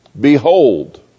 Behold